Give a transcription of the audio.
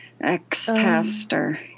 ex-pastor